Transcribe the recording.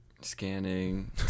scanning